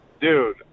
Dude